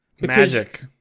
Magic